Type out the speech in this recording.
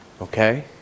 Okay